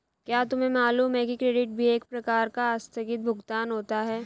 क्या तुम्हें मालूम है कि क्रेडिट भी एक प्रकार का आस्थगित भुगतान होता है?